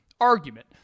argument